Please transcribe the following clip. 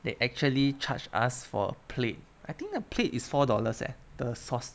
they actually charge us for plate I think the plate is four dollars leh the sauce